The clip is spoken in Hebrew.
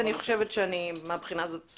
אני מהבחינה הזאת,